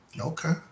Okay